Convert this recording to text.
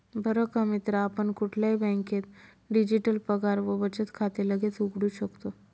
बर का मित्रा आपण कुठल्याही बँकेत डिजिटल पगार व बचत खाते लगेच उघडू शकतो